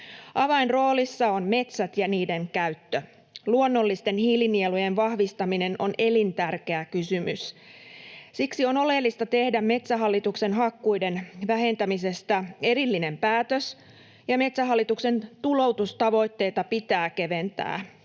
Avainroolissa ovat metsät ja niiden käyttö. Luonnollisten hiilinielujen vahvistaminen on elintärkeä kysymys. Siksi on oleellista tehdä Metsähallituksen hakkuiden vähentämisestä erillinen päätös ja Metsähallituksen tuloutustavoitteita pitää keventää.